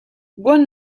buon